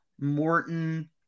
Morton